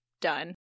done